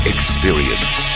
Experience